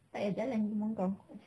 tak payah jalan pergi rumah kau